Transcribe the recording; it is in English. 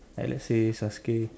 like let's say Sasuke